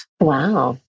Wow